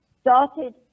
started